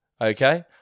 Okay